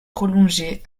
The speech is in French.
prolongé